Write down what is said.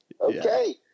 Okay